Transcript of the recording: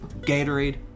Gatorade